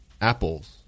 apples